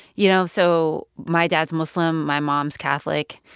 you know, so my dad's muslim. my mom's catholic.